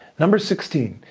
number sixteen,